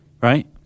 right